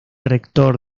rector